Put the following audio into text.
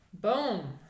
Boom